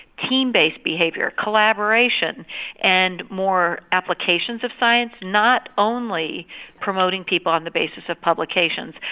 team based behaviour, collaboration and more applications of science not only promoting people on the basis of publications.